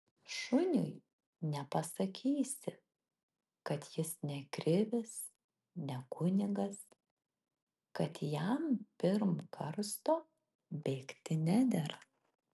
šuniui nepasakysi kad jis ne krivis ne kunigas kad jam pirm karsto bėgti nedera